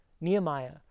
Nehemiah